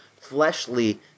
fleshly